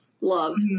love